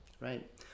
right